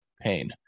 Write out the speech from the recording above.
pain